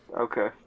Okay